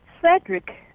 Cedric